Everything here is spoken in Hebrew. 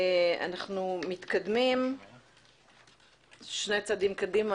אנחנו מתקדמים שני צעדים קדימה,